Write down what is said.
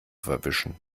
verwischen